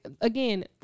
again